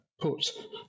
put